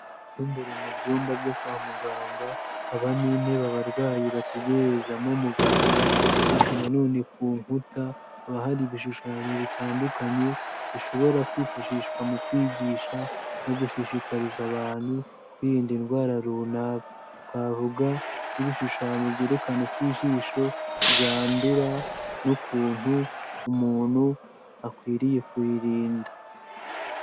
Mu imbere mu byumba byo kwa muganga, habamo intebe ababarwayi bategerezamo muganga. Ariko na none ku nkuta haba hari ibishushanyo bitandukanye bishobora kwifashishwa mu kwigisha no gushishikariza abantu kwirinda indwara runaka, twavuga nk'ibishushanyo byerekana uko ijisho ryandura n'ukuntu umuntu akwiriye kuririnda.